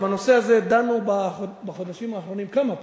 ובנושא הזה דנו בחודשים האחרונים כמה פעמים,